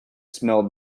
smelled